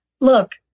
Look